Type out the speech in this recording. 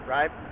Right